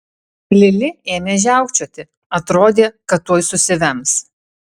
lili ėmė žiaukčioti atrodė kad tuoj susivems